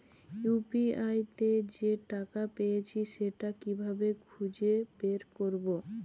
UPI তে যে টাকা পেয়েছি সেটা কিভাবে খুঁজে বের করবো?